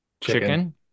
Chicken